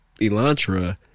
Elantra